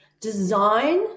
Design